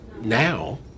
now